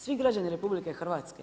Svi građani RH.